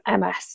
MS